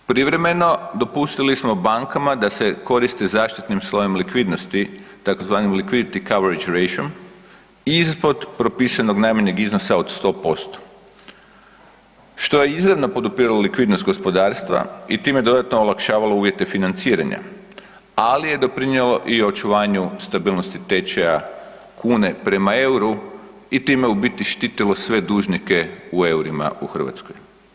Privremeno dopustili smo bankama da se koriste zaštitnim slojem likvidnosti, tzv. liquidity coverage ratio ispod propisanog najmanjeg iznosa od 100% što je izravno podupiralo likvidnost gospodarstva i time dodatno olakšavalo uvjete financiranja, ali je doprinijelo i očuvanju stabilnosti tečaja kune prema euru i time u biti štitilo sve dužnike u eurima u Hrvatskoj.